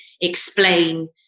explain